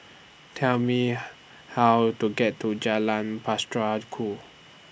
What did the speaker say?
Tell Me How to get to Jalan Ku